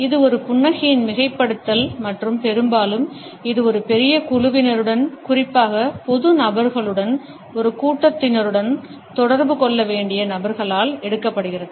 இது ஒரு புன்னகையின் மிகைப்படுத்தல் மற்றும் பெரும்பாலும் இது ஒரு பெரிய குழுவினருடன் குறிப்பாக பொது நபர்களுடன் ஒரு கூட்டத்தினருடன் தொடர்பு கொள்ள வேண்டிய நபர்களால் எடுக்கப்படுகிறது